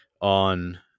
on